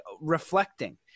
reflecting